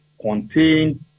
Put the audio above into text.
contained